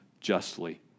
justly